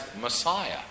Messiah